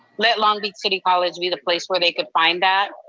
let long beach city college be the place where they could find that.